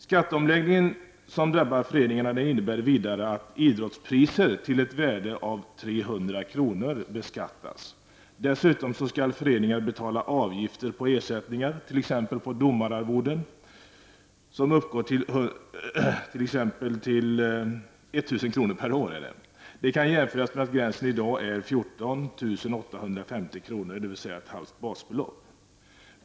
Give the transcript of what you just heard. Skatteomläggningen som drabbar föreningarna innebär vidare att idrottspriser till ett värde av 300 kr. beskattas. Dessutom skall föreningar betala avgifter på ersättningar -- t.ex. på domararvoden -- som uppgår till 1 000 kr. per år. Det kan jämföras med att gränsen i dag är 14 850 kr., dvs. ett halvt basbelopp.